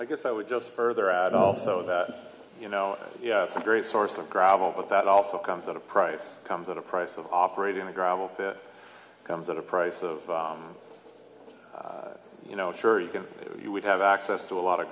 i guess i would just further add also that you know it's a great source of gravel but that also comes at a price comes at a price of operating a gravel pit comes at a price of you know it sure you can you would have access to a lot of